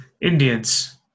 Indians